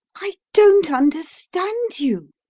i don't understand you,